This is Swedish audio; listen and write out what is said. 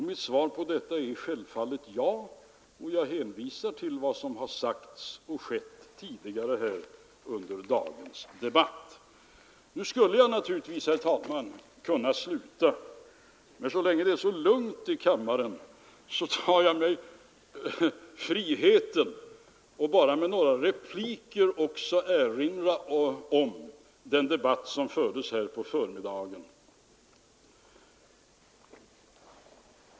Mitt svar är självfallet ja, och jag hänvisar till vad som sagts tidigare under dagens debatt. Nu skulle jag naturligtvis, herr talman, kunna sluta. Men så länge det är så lugnt i kammaren, tar jag mig friheten att med några repliker erinra om den debatt som fördes här på förmiddagen.